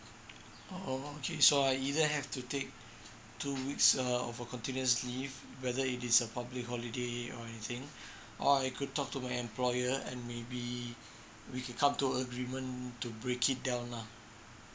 oh okay so I either have to take two weeks err of a continuously leave whether it is a public holiday or anything or I could talk to my employer and maybe we can come to a agreement to break it down lah